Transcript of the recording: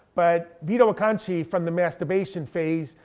but vito acconci from the masturbation phase,